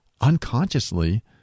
unconsciously